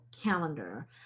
calendar